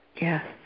Yes